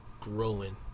growing